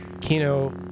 Kino